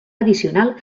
addicional